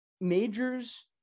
Majors